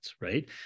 Right